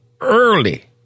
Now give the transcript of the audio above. early